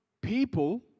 people